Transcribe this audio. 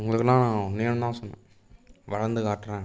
அவங்களுக்கெல்லாம் நான் ஒன்றே ஒன்று தான் சொன்னேன் வளர்ந்து காட்டுறேன்